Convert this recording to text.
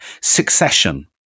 Succession